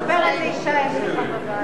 הרב, תספר איזה אשה יש לך בבית.